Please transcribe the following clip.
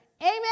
Amen